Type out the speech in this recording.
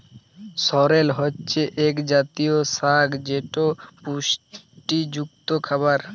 সরেল হছে ইক জাতীয় সাগ যেট পুষ্টিযুক্ত খাবার